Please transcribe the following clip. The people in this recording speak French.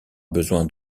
besoin